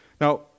Now